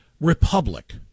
republic